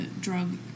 drug